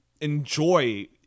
enjoy